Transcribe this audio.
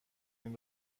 این